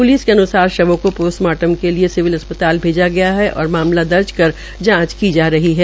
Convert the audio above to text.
police के अन्सार शवों का पोस्टमार्टम के लिए सिविल अस्पताल में भेजा गया है और मामला दर्ज कर जांच की जा रही है